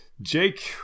jake